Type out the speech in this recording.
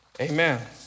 Amen